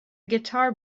guitar